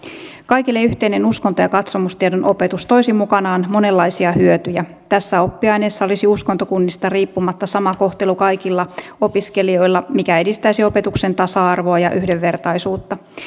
kaikille yhteinen uskonto ja katsomustiedon opetus toisi mukanaan monenlaisia hyötyjä tässä oppiaineessa olisi uskontokunnista riippumatta sama kohtelu kaikilla opiskelijoilla mikä edistäisi opetuksen tasa arvoa ja yhdenvertaisuutta